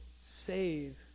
save